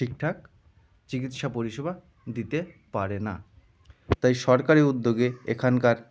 ঠিকঠাক চিকিৎসা পরিষেবা দিতে পারে না তাই সরকারি উদ্যোগে এখানকার